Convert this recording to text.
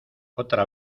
otra